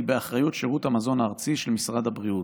באחריות שירות המזון הארצי של משרד הבריאות.